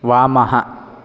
वामः